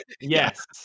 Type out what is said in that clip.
Yes